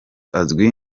azwi